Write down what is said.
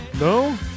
No